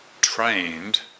trained